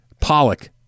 Pollock